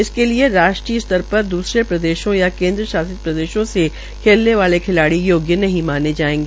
इसके लिए राष्ट्रीय स्तर पर दूसरे प्रदेशों या केन्द्रित शासित प्रदेशों से खेलने वाले खिलाड़ियों योग्य नहीं मानी जायेंगी